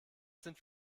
sind